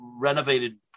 renovated